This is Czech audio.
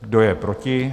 Kdo je proti?